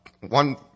one